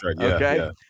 Okay